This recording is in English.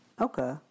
Okay